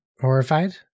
horrified